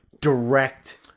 direct